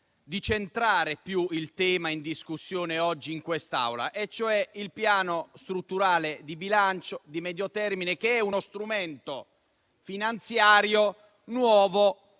di centrare maggiormente il tema in discussione in quest'Aula, cioè il Piano strutturale di bilancio di medio termine, che è uno strumento finanziario nuovo,